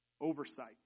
oversight